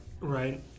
Right